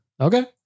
Okay